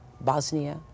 Bosnia